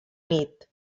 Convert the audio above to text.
nit